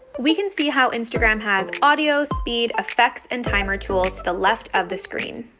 we can see how instagram has audio speed, effects and timer tools the left of the screen.